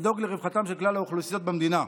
לדאוג לרווחתם של כלל האוכלוסיות במדינה.